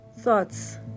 Thoughts